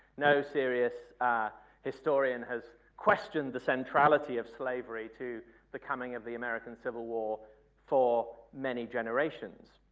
no serious historian has questioned the centrality of slavery to the coming of the american civil war for many generations.